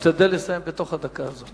תשתדל לסיים בתוך הדקה הזאת.